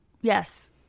Yes